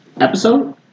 episode